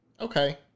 Okay